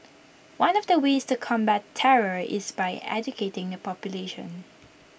one of the ways to combat terror is by educating the population